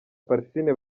parfine